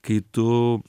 kai tu